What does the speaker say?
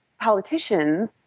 politicians